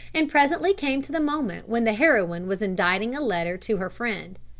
and presently came to the moment when the heroine was inditing a letter to her friend.